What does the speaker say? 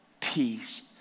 Peace